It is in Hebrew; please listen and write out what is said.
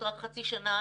חינוך ובריאות שונו.